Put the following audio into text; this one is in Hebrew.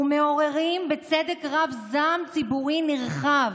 ומעוררים בצדק רב זעם ציבורי נרחב.